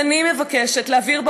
אז אני מבקשת להבהיר,